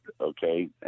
okay